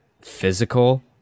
physical